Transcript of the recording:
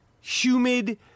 humid